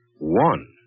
one